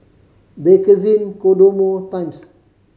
Bakerzin Kodomo Times